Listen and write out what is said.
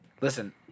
Listen